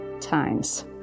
times